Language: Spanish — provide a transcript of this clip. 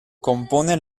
compone